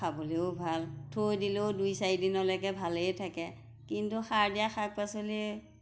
খাবলৈও ভাল থৈ দিলেও দুই চাৰিদিনলৈকে ভালেই থাকে কিন্তু সাৰ দিয়া শাক পাচলি